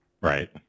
right